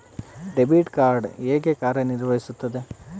Debit card ಹೇಗೆ ಕಾರ್ಯನಿರ್ವಹಿಸುತ್ತದೆ?